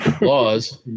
laws